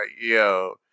yo